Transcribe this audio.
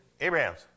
Abraham's